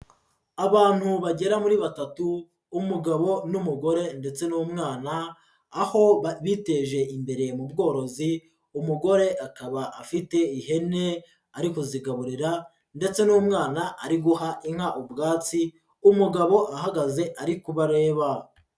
Abantu bagera muri batatu, umugabo n'umugore ndetse n'umwana, aho biteje imbere mu bworozi, umugore akaba afite ihene ari kuzigaburira ndetse n'umwana ari guha inka ubwatsi, umugabo ahagaze ari kubareba.